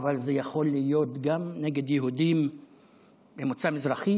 אבל זה יכול להיות גם נגד יהודים ממוצא מזרחי,